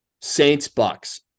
Saints-Bucks